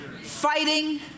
fighting